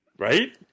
Right